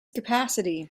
capacity